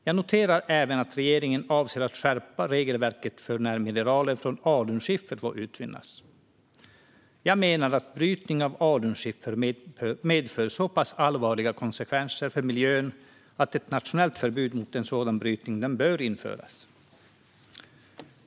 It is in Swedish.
Jag noterar även att regeringen avser att skärpa regelverket för när mineral från alunskiffer får utvinnas. Jag menar att brytning av alunskiffer medför så pass allvarliga konsekvenser för miljön att ett nationellt förbud mot sådan brytning bör införas.